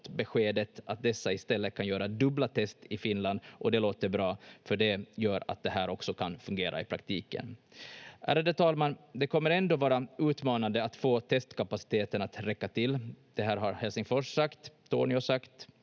beskedet att dessa i stället kan göra dubbla test i Finland, och det låter bra, för det gör att det här också kan fungera i praktiken. Ärade talman! Det kommer ändå vara utmanande att få testkapaciteten att räcka till. Det här har Helsingfors sagt, Torneå sagt